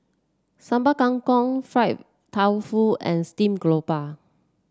Sambal Kangkong Fried Tofu and stream grouper